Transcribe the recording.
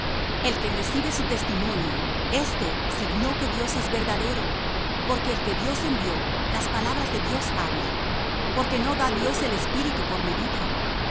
el que recibe su testimonio éste signó que dios es verdadero porque el que dios envió las palabras de dios habla porque no da dios el espíritu por medida